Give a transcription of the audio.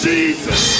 Jesus